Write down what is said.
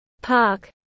Park